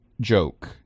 joke